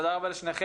תודה רבה לשניכם.